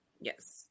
Yes